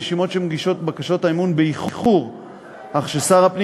רשימות שמגישות את בקשות המימון באיחור אך שר הפנים